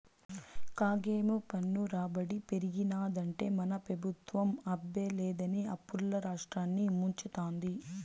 కాగేమో పన్ను రాబడి పెరిగినాదంటే మన పెబుత్వం అబ్బే లేదని అప్పుల్ల రాష్ట్రాన్ని ముంచతాంది